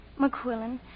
McQuillan